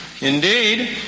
Indeed